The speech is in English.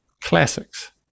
classics